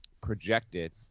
projected –